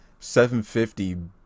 750